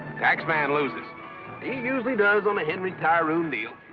taxman loses. he usually does on a henry tyroone deal.